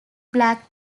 black